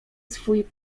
swój